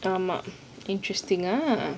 ஆமா:aaama interesting ah